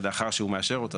לאחר שהוא מאשר אותה.